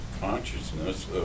consciousness